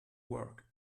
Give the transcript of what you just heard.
work